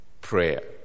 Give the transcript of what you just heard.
prayer